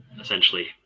essentially